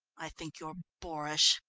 i think you're boorish,